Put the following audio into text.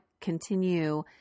continue